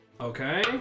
Okay